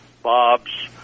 Bob's